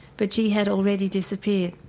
but she had already disappeared.